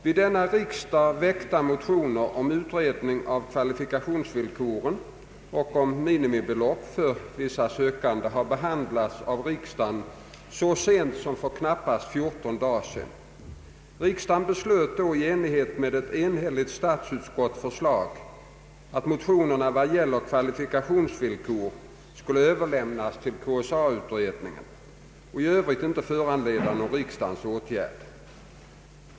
Vid denna riksdag väckta motioner om utredning av kvalifikationsvillkoren och om minimibelopp för vissa sökande har behandlats av riksdagen så sent som för knappt 14 dagar sedan. Riksdagen beslöt då i enlighet med ett enhälligt statsutskotts förslag att motionerna vad gällde kvalifikationsvillkoren skulle överlämnas till KSA-utredningen och i övrigt inte föranleda någon riksdagens åtgärd.